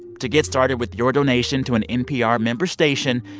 to get started with your donation to an npr member station,